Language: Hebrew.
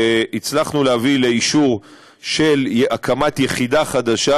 והצלחנו להביא לאישור של הקמת יחידה חדשה,